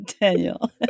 Daniel